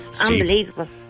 Unbelievable